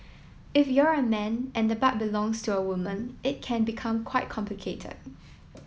if you're a man and the butt belongs to a woman it can become quite complicated